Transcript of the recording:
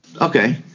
Okay